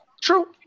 True